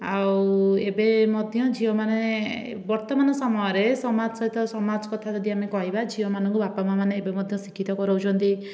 ଆଉ ଏବେ ମଧ୍ୟ ଝିଅମାନେ ବର୍ତ୍ତମାନ ସମୟରେ ସମାଜ ସହିତ ସମାଜ କଥା ଯଦି ଆମେ କହିବା ଝିଅମାନଙ୍କୁ ବାପା ମା'ମାନେ ଏବେ ମଧ୍ୟ ଶିକ୍ଷିତ କରାଉଛନ୍ତି